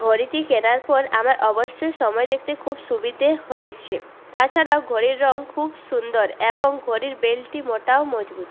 ঘড়িটি কেনার পর আমার অবশ্যই সময় দেখতে খুব সুবিধে হয়েছে তাছাড়াও ঘড়ির রঙ খুব সুন্দর এবং ঘড়ির বেল্টটি মোটা ও মজবুত